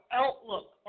outlook